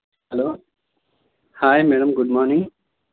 hello hi madam good morning